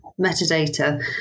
metadata